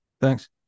Thanks